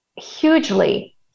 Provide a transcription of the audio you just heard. hugely